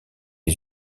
des